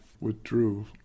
withdrew